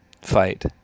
fight